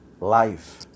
Life